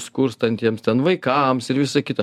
skurstantiems ten vaikams ir visa kita